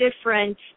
different